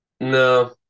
No